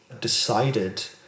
decided